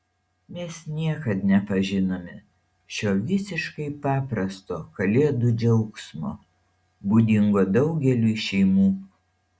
mes niekad nepažinome šio visiškai paprasto kalėdų džiaugsmo būdingo daugeliui šeimų